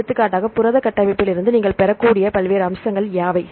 எடுத்துக்காட்டாக புரத கட்டமைப்புகளிலிருந்து நீங்கள் பெறக்கூடிய பல்வேறு அம்சங்கள் யாவை